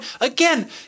again